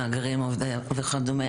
מהגרים וכדומה.